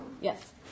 Yes